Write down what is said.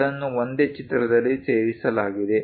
ಎರಡನ್ನೂ ಒಂದೇ ಚಿತ್ರದಲ್ಲಿ ಸೇರಿಸಲಾಗಿದೆ